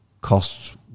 costs